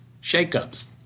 shake-ups